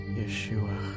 Yeshua